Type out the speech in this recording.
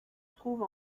trouve